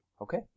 Okay